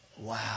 Wow